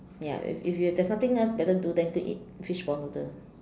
ya if if there's nothing else better to do then go and eat fishball noodle